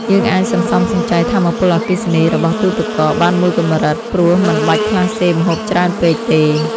យើងអាចសន្សំសំចៃថាមពលអគ្គិសនីរបស់ទូទឹកកកបានមួយកម្រិតព្រោះមិនបាច់ក្លាសេម្ហូបច្រើនពេកទេ។